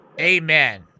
Amen